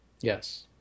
Yes